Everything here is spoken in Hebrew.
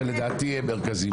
שלדעתי הם מרכזיים,